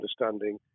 understanding